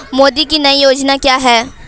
मोदी की नई योजना क्या है?